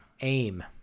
AIM